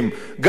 גם הם,